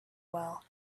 while